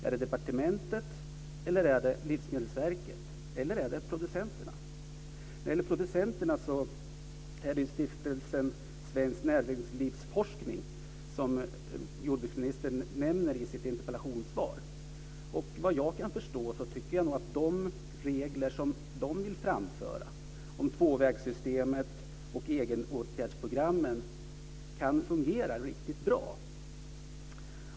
Är det departementet, Livsmedelsverket eller producenterna? När det gäller producenterna så är det Stiftelsen Svensk Näringsforskning, som jordbruksministern nämner i sitt interpellationssvar. Jag tycker att de regler som den stiftelsen vill införa om tvåvägssystemet och egenåtgärdsprogrammen kan fungera riktigt bra.